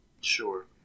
sure